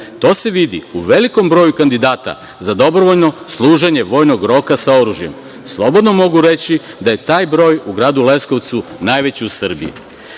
To se vidi u velikom broju kandidata za dobrovoljno služenje vojnog roka sa oružjem. Slobodno mogu reći da je taj broj u gradu Leskovcu najveći u Srbiji.U